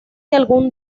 algún